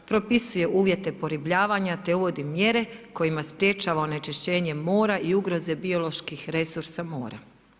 Propisuje uvijete poribljavanja, te uvodi mjere kojima sprječavanja onečišćenje mora i ugroze bioloških resursa mora.